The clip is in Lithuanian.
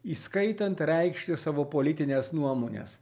įskaitant reikšti savo politines nuomones